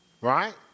right